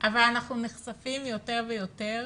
אבל אנחנו נחשפים יותר ויותר